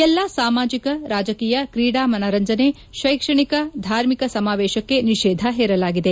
ಎಲ್ಲ ಸಾಮಾಜಿಕ ರಾಜಕೀಯ ಕ್ರೀಡಾ ಮನರಂಜನೆ ಶೈಕ್ಷಣಿಕ ಧಾರ್ಮಿಕ ಸಮಾವೇಶಕ್ಷೆ ನಿಷೇಧ ಹೇರಲಾಗಿದೆ